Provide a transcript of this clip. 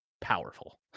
powerful